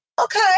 Okay